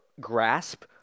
grasp